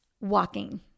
walking